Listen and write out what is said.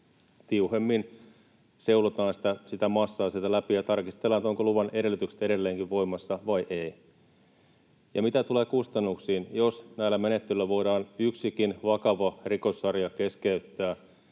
tiuhemmin seulotaan sitä massaa siellä läpi ja tarkistellaan, ovatko luvan edellytykset edelleenkin voimassa vai eivät. Mitä tulee kustannuksiin: Jos näillä menettelyillä voidaan yksikin vakava rikossarja keskeyttää